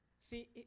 See